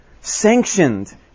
sanctioned